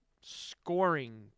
scoring